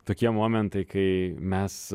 tokie momentai kai mes